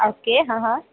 okay હ હ